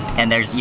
and there's, yeah,